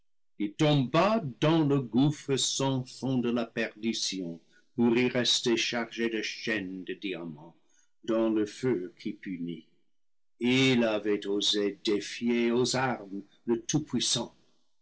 il tomba dans le gouffre sans fond de la perdition pour y rester chargé de chaînes de diamant dans le feu qui punit il avait osé défier aux armes le